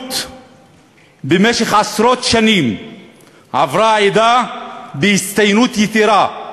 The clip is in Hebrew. הנאמנות במשך עשרות שנים עברה העדה בהצטיינות יתרה.